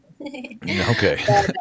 Okay